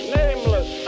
nameless